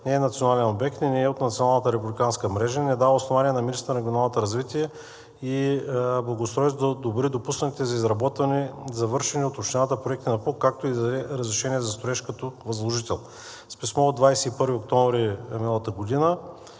не е национален обект и не е от националната републиканска мрежа, не дава основания на министъра на регионалното развитие и благоустройството да одобри допуснатите за изработване и завършени от Общината проекти на ПУП, както и да даде разрешение за строеж като възложител. С писмо от 21 октомври миналата година